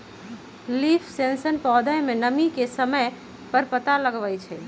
leaf sensor पौधा में नमी के समय पर पता लगवई छई